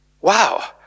Wow